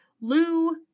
Lou